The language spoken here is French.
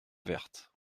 vertes